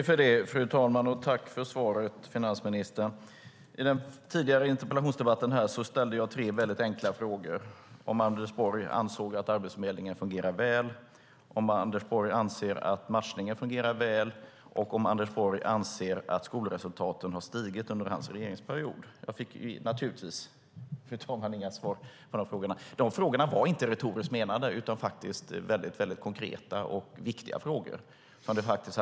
Fru talman! Tack för svaret, finansministern! I den tidigare interpellationsdebatten ställde jag tre enkla frågor, nämligen om Anders Borg anser att Arbetsförmedlingen fungerar väl, om Anders Borg anser att matchningen fungerar väl och om Anders Borg anser att skolresultaten har stigit under hans regeringsperiod. Jag fick naturligtvis, fru talman, inga svar på frågorna. Frågorna var inte retoriskt menade utan konkreta och viktiga.